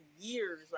years